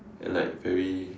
and like very